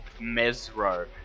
Mesro